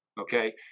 okay